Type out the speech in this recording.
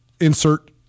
insert